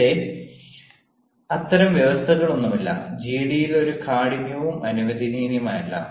ഇവിടെ അത്തരം വ്യവസ്ഥകളൊന്നുമില്ല ജിഡിയിൽ ഒരു കാഠിന്യവും അനുവദനീയമല്ല